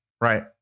right